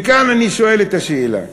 וכאן אני שואל את השאלה: